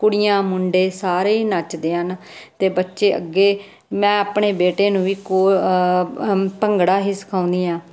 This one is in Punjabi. ਕੁੜੀਆਂ ਮੁੰਡੇ ਸਾਰੇ ਨੱਚਦੇ ਹਨ ਅਤੇ ਬੱਚੇ ਅੱਗੇ ਮੈਂ ਆਪਣੇ ਬੇਟੇ ਨੂੰ ਵੀ ਕੋ ਭੰਗੜਾ ਹੀ ਸਿਖਾਉਂਦੀ ਹਾਂ